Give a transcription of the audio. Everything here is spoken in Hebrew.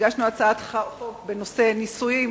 בנושא ניסויים